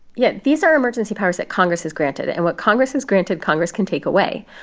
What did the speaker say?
yeah. these are emergency powers that congress has granted. and what congress has granted, congress can take away.